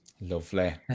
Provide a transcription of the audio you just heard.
Lovely